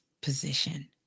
position